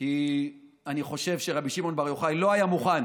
אני חושב שרבי שמעון בר יוחאי לא היה מוכן